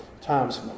times